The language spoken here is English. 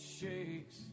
shakes